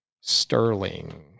Sterling